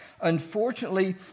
Unfortunately